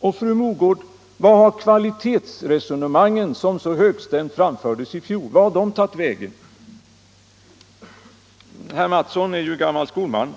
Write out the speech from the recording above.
Och, fru Mogård: Vart har kvalitetsresonemanget, som så högstämt fördes i fjol, tagit vägen? Herr Mattson i Lane-Herrestad är ju gammal skolman.